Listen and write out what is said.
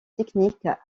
technique